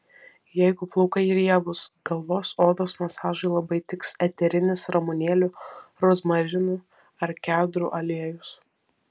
jeigu plaukai riebūs galvos odos masažui labai tiks eterinis ramunėlių rozmarinų ar kedrų aliejus